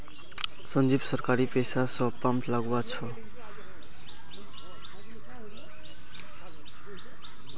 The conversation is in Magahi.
संजीव सरकारी पैसा स पंप लगवा छ